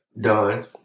done